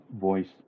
voice